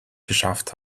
geschafft